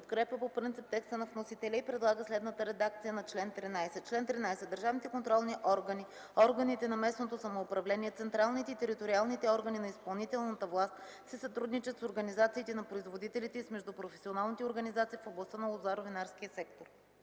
подкрепя по принцип текста на вносителя и предлага следната редакция на чл. 13: „Чл. 13. Държавните контролни органи, органите на местното самоуправление, централните и териториалните органи на изпълнителната власт си сътрудничат с организациите на производителите и с междупрофесионалните организации в областта на лозаро-винарския сектор.”